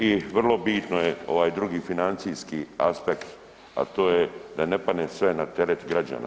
I vrlo bitno je ovaj drugi financijski aspekt, a to je da ne padne sve na teret građana.